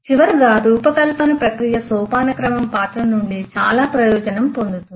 చివరగా రూపకల్పన ప్రక్రియ సోపానక్రమం పాత్ర నుండి చాలా ప్రయోజనం పొందుతుంది